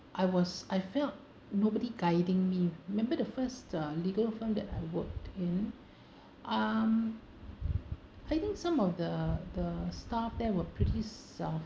I was I felt nobody guiding me remember the first uh legal firm that I worked in um I think some of the the staff there were pretty